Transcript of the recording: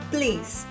Please